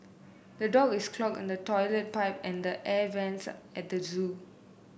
the dog is clog in the toilet pipe and the air vents at the zoo